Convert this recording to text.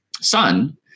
son